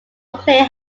unclear